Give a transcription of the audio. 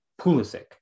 Pulisic